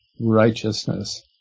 righteousness